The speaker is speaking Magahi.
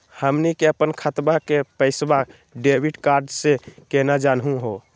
हमनी के अपन खतवा के पैसवा डेबिट कार्ड से केना जानहु हो?